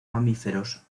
mamíferos